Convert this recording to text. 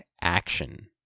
action